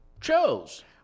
chose